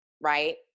right